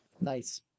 Nice